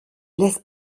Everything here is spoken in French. laisse